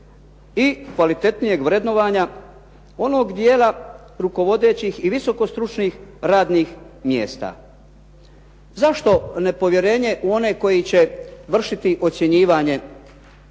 i kvalitetnijeg vrednovanja onog dijela rukovodećih i visoko stručnih radnih mjesta. Zašto nepovjerenje u one koji će vršiti ocjenjivanje